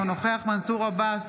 אינו נוכח מנסור עבאס,